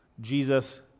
jesus